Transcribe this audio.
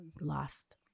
lost